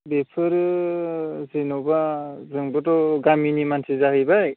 बेफोरो जेन'बा जोंबोथ' गामिनि मानसि जाहैबाय